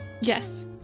Yes